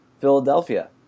Philadelphia